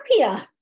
happier